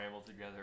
together